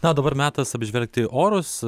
na o dabar metas apžvelgti orus